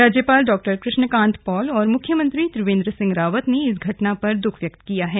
राज्यपाल डॉ कृष्णकांत पाल और मुख्यमंत्री त्रिवेंद्र सिंह रावत ने इस घटना पर दुःख व्यक्त किया है